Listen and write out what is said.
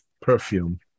perfume